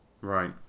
right